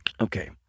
Okay